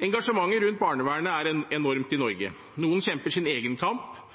Engasjementet rundt barnevernet er enormt i Norge. Noen kjemper sin egen kamp